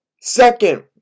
Second